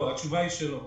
התשובה היא שלא.